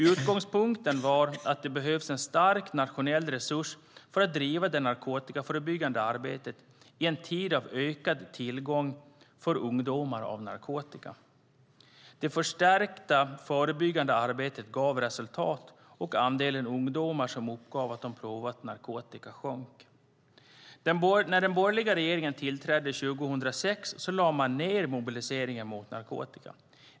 Utgångspunkten var att det behövs en stark nationell resurs för att driva det narkotikaförebyggande arbetet i en tid av ökad tillgång till narkotika för ungdomar. Det förstärkta förebyggande arbetet gav resultat, och andelen ungdomar som uppgav att de provat narkotika sjönk. När den borgerliga regeringen tillträdde 2006 lade den ned Mobilisering mot narkotika.